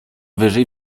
wyżej